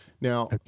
Now